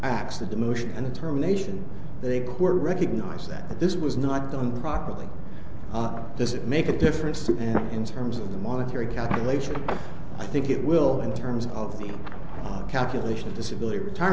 acts that the motion and the terminations they were recognize that this was not done properly this it make a difference in terms of the monetary calculation i think it will in terms of the calculation of disability ret